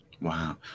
Wow